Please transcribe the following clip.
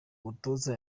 mutoza